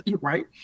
right